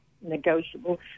negotiable